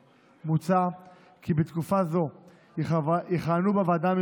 נושא הנכבה ומה היה קורה,